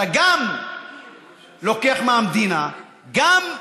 אתה גם לוקח מהמדינה, גם,